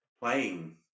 playing